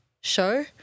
show